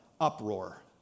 uproar